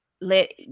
let